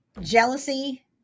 jealousy